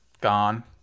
gone